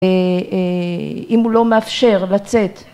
‫אם הוא לא מאפשר לצאת.